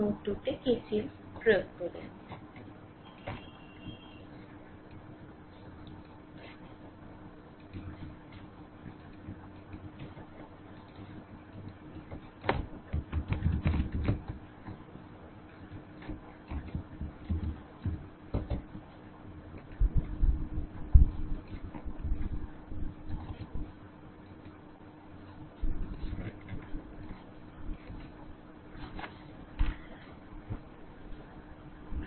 node 2 তে KCL প্রয়োগ করুন